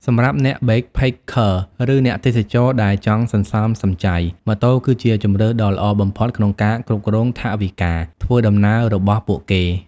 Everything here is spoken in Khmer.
សម្រាប់អ្នកបេកផេកខឺ ឬអ្នកទេសចរណ៍ដែលចង់សន្សំសំចៃ ម៉ូតូគឺជាជម្រើសដ៏ល្អបំផុតក្នុងការគ្រប់គ្រងថវិកាធ្វើដំណើររបស់ពួកគេ។